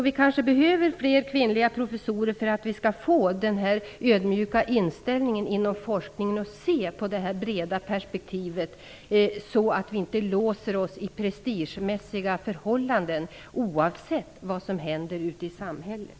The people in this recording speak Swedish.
Vi behöver kanske fler kvinnliga professorer för att vi skall få en ödmjuk inställning inom forskningen som kan se det breda perspektivet så att vi inte låser oss i prestigemässiga förhållanden, oavsett vad som händer ute i samhället.